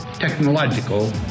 technological